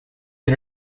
the